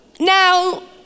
Now